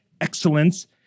excellence